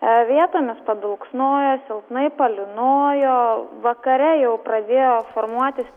ee vietomis paduksnojo silpnai palynojo vakare jau pradėjo formuotis